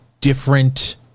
different